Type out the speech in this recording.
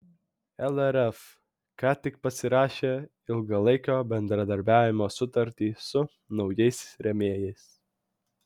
lrf ką tik pasirašė ilgalaikio bendradarbiavimo sutartį su naujais rėmėjais